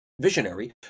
visionary